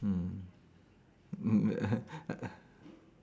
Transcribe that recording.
mm